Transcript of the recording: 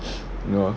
no